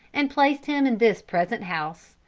and placed him in this present house,